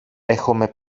έχομε